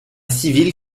civil